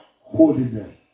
Holiness